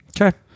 okay